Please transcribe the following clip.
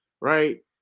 right